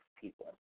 people